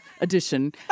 edition